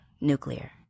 nuclear